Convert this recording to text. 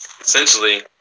essentially